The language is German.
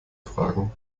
fragen